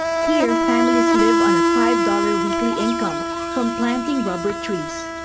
here families live on a five dollars weekly income from planting rubber trees.